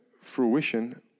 fruition